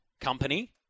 company